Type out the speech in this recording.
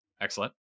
excellent